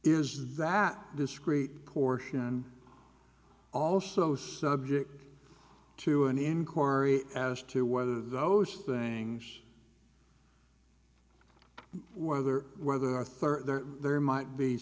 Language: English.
is that discreet portion also subject to an inquiry as to whether those things whether whether arthur there might be